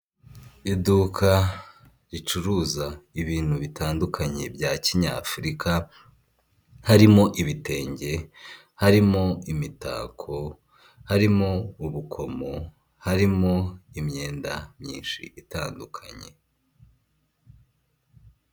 Iduka ricuruza ibintu bitandukanye bya kinyafurika harimo ibitenge, harimo imitako, harimo ubukomo, harimo imyenda myinshi itandukanye.